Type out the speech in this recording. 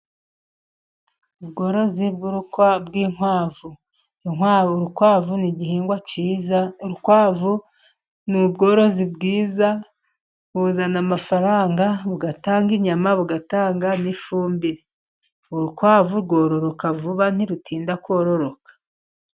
Ubworozi bw’inkwavu! Ubworozi bw'inkwavu ni ubworozi bwiza buzana amafaranga. Bugatanga inyama kandi bugatanga n’ifumbire. Urukwavu rwororoka vuba, ntirutinda kororoka.